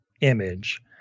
image